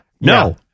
No